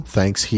Thanks